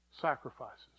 sacrifices